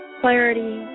clarity